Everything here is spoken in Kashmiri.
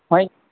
وۄںۍ